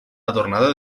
adornada